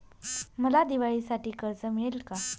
मला दिवाळीसाठी कर्ज मिळेल का?